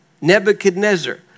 Nebuchadnezzar